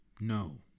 No